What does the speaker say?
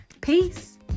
Peace